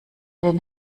den